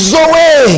Zoe